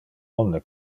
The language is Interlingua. omne